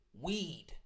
weed